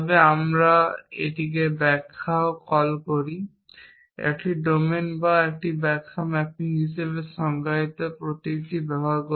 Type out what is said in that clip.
তবে আমরা এমন একটি ব্যাখ্যাকেও কল করি যা I একটি ডোমেন এবং একটি ব্যাখ্যা ম্যাপিং হিসাবে সংজ্ঞায়িত প্রতীকটি ব্যবহার করে